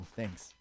thanks